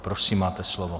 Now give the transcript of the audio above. Prosím, máte slovo.